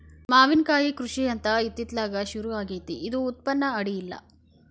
ಮಾವಿನಕಾಯಿ ಕೃಷಿ ಅಂತ ಇತ್ತಿತ್ತಲಾಗ ಸುರು ಆಗೆತ್ತಿ ಇದು ಉತ್ಪನ್ನ ಅಡಿಯಿಲ್ಲ